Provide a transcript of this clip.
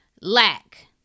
lack